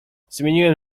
zmieniłem